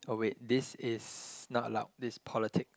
oh wait this is not allow this is politics